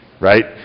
right